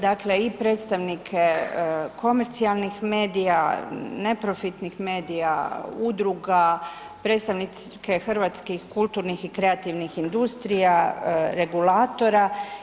Dakle i predstavnike komercijalnih medija, neprofitnih medija, udruga, predstavnike hrvatskih kulturnih i kreativnih industrija, reguliratora.